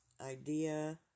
idea